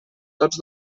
tots